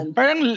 Parang